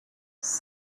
his